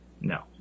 No